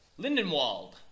Lindenwald